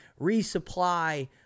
resupply